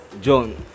john